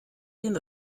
den